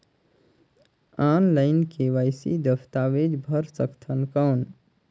Online KYC दस्तावेज भर सकथन कौन?